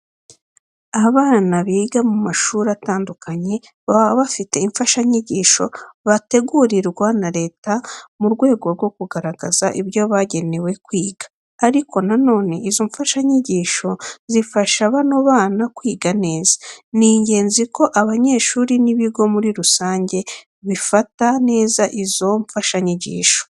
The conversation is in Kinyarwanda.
Abana biga mu mashuri atandukanye baba bafite imfashanyigisho bategurirwa na Leta mu rwego rwo kugaragaza ibyo bagenewe kwiga. Ariko na none izo mfashanyigisho zifasha bano bana kwiga neza. Ni ingenzi ko abanyeshuri n'ibigo muri rusange bifata neza izo mfashanyigisho.